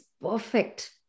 perfect